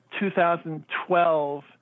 2012